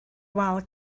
wal